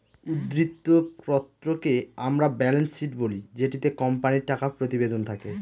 উদ্ধৃত্ত পত্রকে আমরা ব্যালেন্স শীট বলি যেটিতে কোম্পানির টাকা প্রতিবেদন থাকে